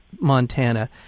Montana